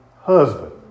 husband